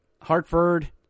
Hartford